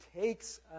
takes